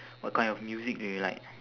what kind of music do you like